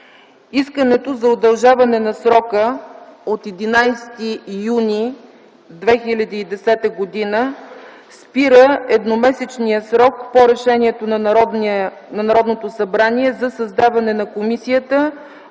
„Искането за удължаване на срока от 11 юни 2010 г. спира едномесечния срок по решението на Народното събрание за създаване на комисията